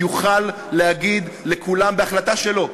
יוכל להגיד לכולם בהחלטה שלו: